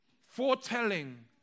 foretelling